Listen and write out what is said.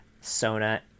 Sona